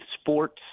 sports